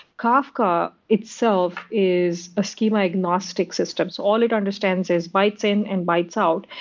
kafka itself is a schema-agnostic system. all it understands is bytes in and bytes out.